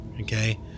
okay